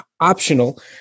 optional